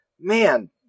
man